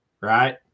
right